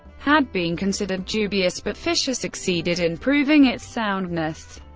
had been considered dubious, but fischer succeeded in proving its soundness.